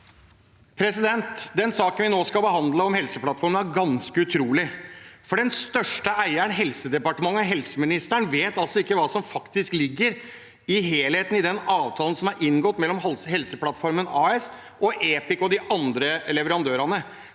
Den saken vi nå skal behandle, om Helseplattformen, er ganske utrolig. Den største eieren, Helsedepartementet og helseministeren, vet altså ikke hva som ligger i helheten i den avtalen som er inngått mellom Helseplattformen AS og Epic og de andre leverandørene.